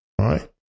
right